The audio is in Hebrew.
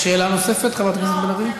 שאלה נוספת, חברת הכנסת בן ארי?